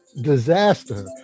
disaster